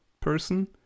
person